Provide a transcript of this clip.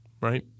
right